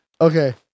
Okay